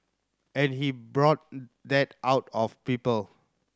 and he brought that out of people